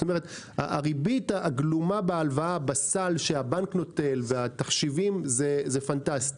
הריבית הגלומה בהלוואה בסל שהבנק נוטל והתחשיבים זה פנטסטי.